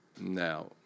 Now